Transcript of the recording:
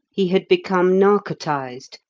he had become narcotized,